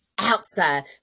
outside